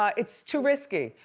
ah it's too risky.